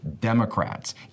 Democrats